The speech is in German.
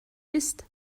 isst